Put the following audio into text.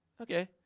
okay